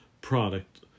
product